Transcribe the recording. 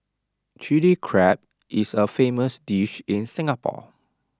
Chilli Crab is A famous dish in Singapore